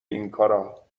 اینکارا